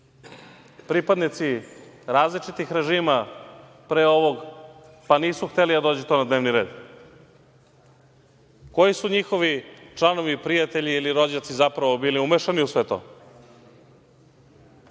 pripadnici različitih režima pre ovog pa nisu hteli da dođe to na dnevni red? Koji su njihovi članovi i prijatelji ili rođaci zapravo bili umešani u sve to